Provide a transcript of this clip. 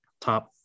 top